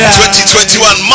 2021